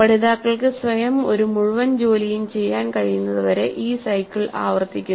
പഠിതാക്കൾക്ക് സ്വയം ഒരു മുഴുവൻ ജോലിയും ചെയ്യാൻ കഴിയുന്നതുവരെ ഈ സൈക്കിൾ ആവർത്തിക്കുന്നു